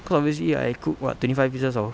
because obviously I cook what twenty five pieces of